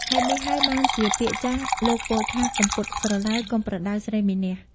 ហេតុនេះហើយបានជាពាក្យចាស់ លោកពោលថា កុំពត់ស្រឡៅ កុំប្រដៅស្រីមានះ។